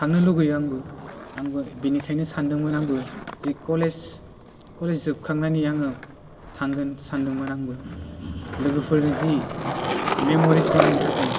थांनो लुगैयो आंबो आंबो बेनिखायनो सानदोंमोन आंबो जि कलेज जोबखांनायनि आङो थांगोन सानदोंमोन आंबो लोगोफोरजों जि मेम'रिस बानायनो थाखाय